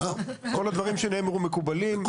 כל הדברים שנאמרו מקובלים,